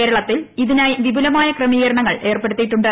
കേരളത്തിന് ഇതിനായി വിപുലമായ ക്രമീകരണങ്ങൾ ഏർപ്പെടുത്തിയിട്ടുണ്ട്